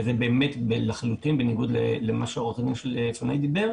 וזה לחלוטין בניגוד למה שהעורך דין אמר לפני כן,